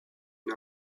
une